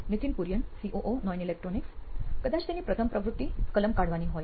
Nithin Kurian COO નોઇન electronics કદાચ તેની પ્રથમ પ્રવૃત્તિ કલમ કાઢવાની હોય